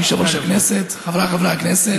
אדוני יושב-ראש הכנסת, חבריי חברי הכנסת.